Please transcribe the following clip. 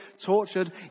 tortured